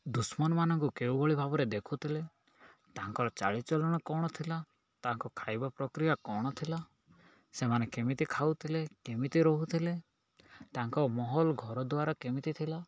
ଦୁଷ୍ମନମାନଙ୍କୁ କେଉଁଭଳି ଭାବରେ ଦେଖୁଥିଲେ ତାଙ୍କର ଚାଳିଚଳନ କ'ଣ ଥିଲା ତାଙ୍କ ଖାଇବା ପ୍ରକ୍ରିୟା କ'ଣ ଥିଲା ସେମାନେ କେମିତି ଖାଉଥିଲେ କେମିତି ରହୁଥିଲେ ତାଙ୍କ ମହଲ ଘର ଦ୍ୱାରା କେମିତି ଥିଲା